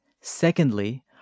Secondly